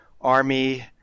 Army